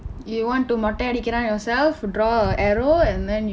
you want to மொட்டை அடிக்கிறான்:motdai adikkiraan yourself draw an arrow and then